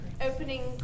Opening